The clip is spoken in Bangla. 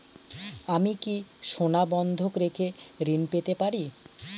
আমি কি সোনা বন্ধক রেখে ঋণ পেতে পারি?